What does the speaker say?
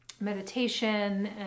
meditation